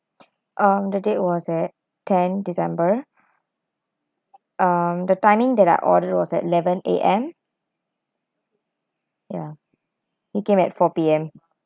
um the date was at ten december um the timing that I ordered was at eleven A_M ya he came at four P_M